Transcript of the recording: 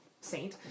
saint